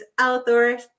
authors